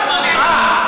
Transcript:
אה,